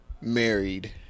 married